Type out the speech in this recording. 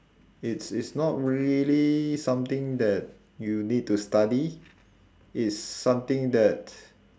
it's it's not really something that you need to study it's something that